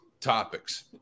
topics